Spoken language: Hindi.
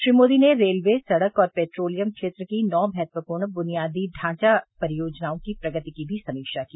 श्री मोदी ने रेलवे सड़क और पेट्रोलियम क्षेत्र की नौ महत्वपूर्ण बुनियादी ढांचा परियोजनाओं की प्रगति की भी समीक्षा की